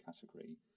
category